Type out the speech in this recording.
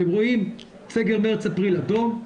אתם רואים את סגר מארס-אפריל אדום,